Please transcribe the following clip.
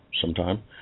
sometime